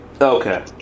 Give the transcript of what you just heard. Okay